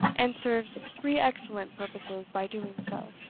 and serves three excellent purposes by doing so.